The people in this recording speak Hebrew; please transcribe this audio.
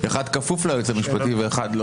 אחד כפוף ליועץ המשפטי ואחד לא.